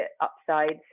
upsides